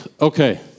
Okay